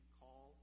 call